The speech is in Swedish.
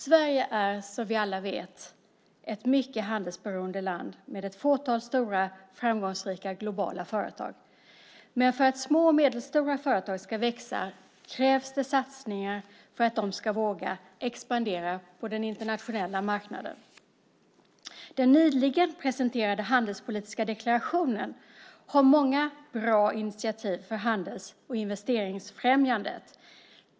Sverige är som vi alla vet ett mycket handelsberoende land med ett fåtal stora, framgångsrika globala företag. Men för att små och medelstora företag ska växa krävs satsningar för att de ska våga expandera på den internationella marknaden. Den nyligen presenterade handelspolitiska deklarationen har många bra initiativ för handels och investeringsfrämjandet.